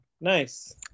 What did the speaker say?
Nice